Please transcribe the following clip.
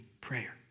prayer